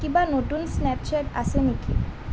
কিবা নতুন স্নেপচেট আছে নেকি